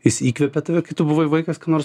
jis įkvepė tave kai tu buvai vaikas ką nors